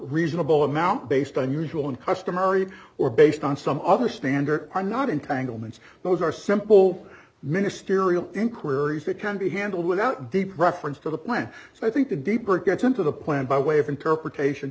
reasonable amount based on usual and customary or based on some other standard are not entanglements those are simple ministerial inquiries that can be handled without deep reference to the plan so i think the deeper it gets into the plan by way of interpretation